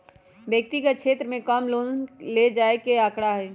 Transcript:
व्यक्तिगत क्षेत्र में कम लोन ले जाये के आंकडा हई